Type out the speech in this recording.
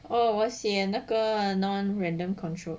哦我写那个 non random control